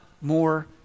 more